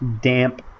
damp